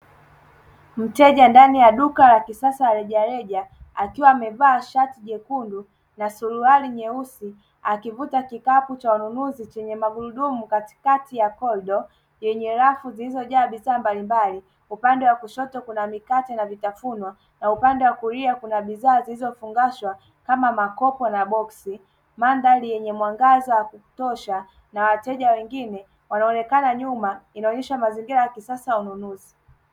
Mteja yupo ndani ya duka la kisasa la reja reja akiwa amevaa shati jeupe na suruali nyeusi akivuta kikapu cha ununuzi chenye magurudumu katikati ya korido, yenye rafu zilizojaa bidhaa mbalimbali. Upande wa kushoto kuna mikate na vitafunwa, na upande wa kulia kuna bidhaa za kusafisha kama makopo na boksi. Mandhari yenye mwanga wa kutosha na wateja wengine wanaonekana nyuma inaonyesha mazingira ya kisasa ya ununuzi.